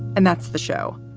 and that's the show.